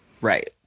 Right